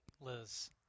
Liz